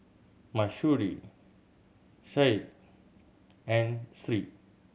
Mahsuri Syed and Sri